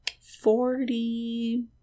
forty